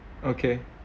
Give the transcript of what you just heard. okay